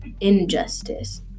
injustice